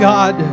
God